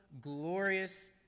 glorious